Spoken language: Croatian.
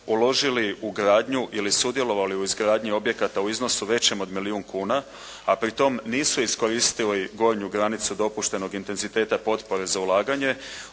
uložili u gradnju ili sudjelovali u izgradnji objekata u iznosu većem od milijun kuna, a pri tom nisu iskoristili gornju granicu dopuštenog intenziteta potpore za ulaganje